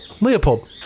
leopold